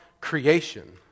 creation